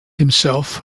himself